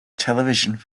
television